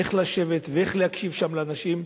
איך לשבת ולהקשיב לאנשים.